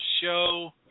show